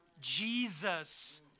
Jesus